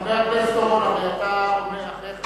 חבר הכנסת אורון, אתה הרי עולה אחרי,